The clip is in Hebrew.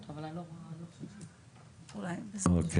אוקי.